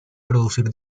producir